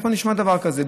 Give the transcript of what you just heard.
איפה נשמע דבר כזה?